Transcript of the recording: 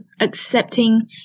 accepting